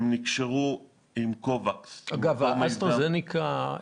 הם נקשרו עם קובקס --- אסטרה זנקה,